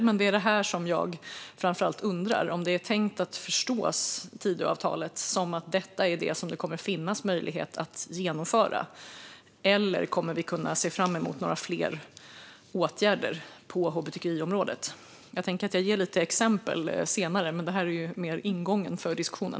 Men det som jag framför allt undrar är om det som står i Tidöavtalet är tänkt att förstås som det som det kommer att finnas möjlighet att genomföra, eller om vi kommer att kunna se fram emot några fler åtgärder på hbtqi-området. Jag ska ge lite exempel senare. Det här är mer ingången till diskussionen.